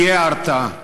תהיה הרתעה.